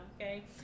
okay